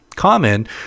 common